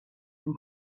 and